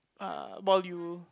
uh while you